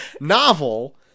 novel